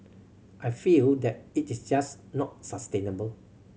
I feel that it is just not sustainable